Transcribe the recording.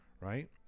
right